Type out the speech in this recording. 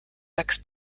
läks